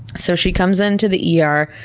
so she comes in to the er.